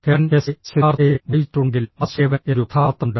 Hermann Hesse സിദ്ധാർത്ഥയെ വായിച്ചിട്ടുണ്ടെങ്കിൽ വാസുദേവൻ എന്നൊരു കഥാപാത്രമുണ്ട്